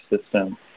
system